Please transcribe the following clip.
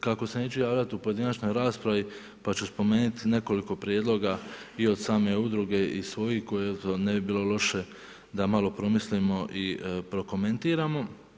Kako se neću javljat u pojedinačnoj raspravi pa ću spomenuti nekoliko prijedloga i od same udruge i svojih koje eto ne bi bilo loše da malo promislimo i prokomentiramo.